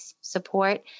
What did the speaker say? support